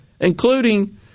including